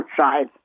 outside